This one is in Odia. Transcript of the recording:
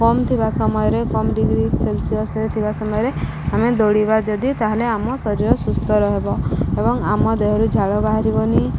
କମ୍ ଥିବା ସମୟରେ କମ୍ ଡିଗ୍ରୀ ସେଲସିୟସରେ ଥିବା ସମୟରେ ଆମେ ଦୌଡ଼ିବା ଯଦି ତା'ହେଲେ ଆମ ଶରୀର ସୁସ୍ଥ ରହିବ ଏବଂ ଆମ ଦେହରୁ ଝାଳ ବାହାରିବନି